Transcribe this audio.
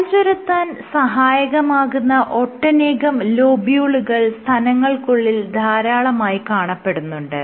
പാൽ ചുരത്താൻ സഹായകമാകുന്ന ഒട്ടനേകം ലോബ്യൂളുകൾ സ്തനങ്ങൾക്കുള്ളിൽ ധാരാളമായി കാണപ്പെടുന്നുണ്ട്